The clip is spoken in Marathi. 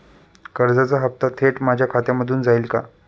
कर्जाचा हप्ता थेट माझ्या खात्यामधून जाईल का?